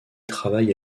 travaille